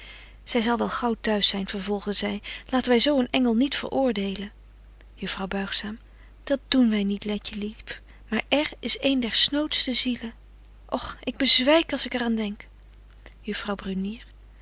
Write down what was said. zy zal wel gaauw t'huis zyn vervolgde zy laten wy zo een engel niet veroordelen juffrouw buigzaam dat doen wy niet letje lief maar r is een der snootste fielen och ik bezwyk als ik er aan denk